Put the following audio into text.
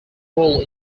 role